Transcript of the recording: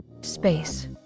Space